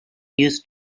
used